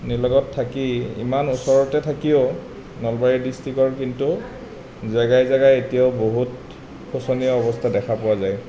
নিলগত থাকি ইমান ওচৰতে থাকিও নলবাৰী ডিষ্ট্ৰিকৰ কিন্তু জেগাই জেগাই এতিয়াও বহুত শোচনীয় অৱস্থা দেখা পোৱা যায়